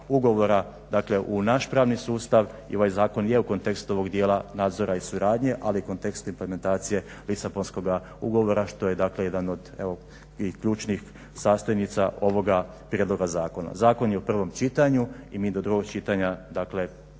ugovora u naš pravni sustav. I ovaj zakon je u kontekstu ovog dijela nadzora i suradnje ali u kontekstu implementacije Lisabonskog ugovora što je dakle jedan od ključnih sastojnica ovoga prijedloga zakona. Zakon je u prvom čitanju i mi do drugog čitanja, dakle